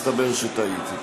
מסתבר שטעיתי.